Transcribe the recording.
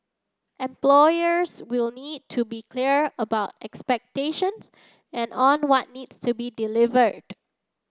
employers will need to be clear about expectations and on what needs to be delivered